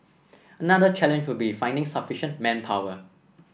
another challenge would be finding sufficient manpower